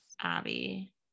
Abby